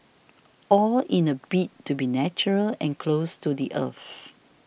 all in a bid to be natural and close to the earth